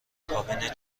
کابین